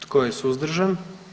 Tko je suzdržan?